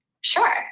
Sure